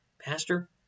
Pastor